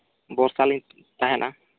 ᱵᱷᱚᱨᱥᱟᱞᱤᱧ ᱛᱟᱦᱮᱱᱟ